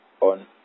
on